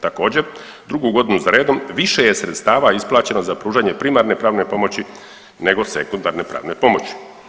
Također, drugu godinu za redom više je sredstava isplaćeno za pružanje primarne pravne pomoći nego sekundarne pravne pomoći.